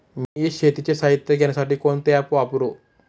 मी शेतीचे साहित्य घेण्यासाठी कोणते ॲप वापरु?